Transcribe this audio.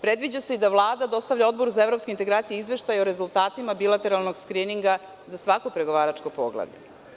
Predviđa se i da Vlada dostavlja Odboru za evropske integracije izveštaj o rezultatima bilateralnog skrininga za svako pregovaračko poglavlje.